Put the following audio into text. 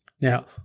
Now